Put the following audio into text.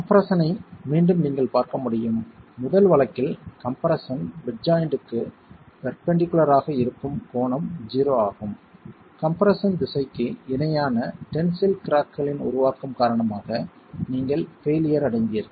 compression ஐ மீண்டும் நீங்கள் பார்க்க முடியும் முதல் வழக்கில் கம்ப்ரெஸ்ஸன் பெட் ஜாய்ண்ட்க்கு பெர்பெண்டிகுலார் ஆக இருக்கும் கோணம் 0 ஆகும் கம்ப்ரெஸ்ஸன் திசைக்கு இணையான டென்சில் கிராக்களின் உருவாக்கம் காரணமாக நீங்கள் பெயிலியர் அடைந்தீர்கள்